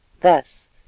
Thus